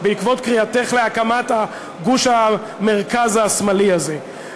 בעקבות קריאתך להקמת גוש המרכז השמאלי הזה.